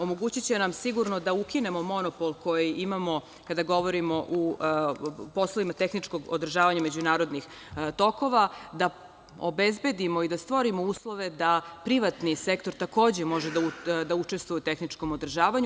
Omogućiće nam sigurno da ukinemo monopol koji imamo kada govorimo o poslovima tehničkog održavanja međunarodnih tokova, da obezbedimo i stvorimo uslove da privatni sektor takođe može da učestvuje u tehničkom održavanju.